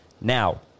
Now